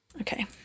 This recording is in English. Okay